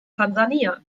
tansania